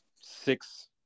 six